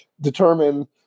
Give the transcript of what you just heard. determine